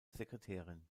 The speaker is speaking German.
sekretärin